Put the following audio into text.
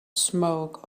smoke